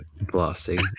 blasting